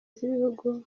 z’ibihugu